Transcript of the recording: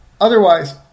Otherwise